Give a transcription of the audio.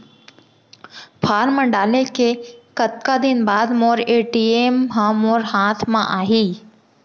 Form डाले के कतका दिन बाद मोर ए.टी.एम ह मोर हाथ म आही?